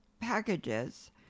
packages